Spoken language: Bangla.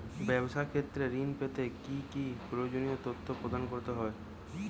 ব্যাবসা ক্ষেত্রে ঋণ পেতে কি কি প্রয়োজনীয় তথ্য প্রদান করতে হবে?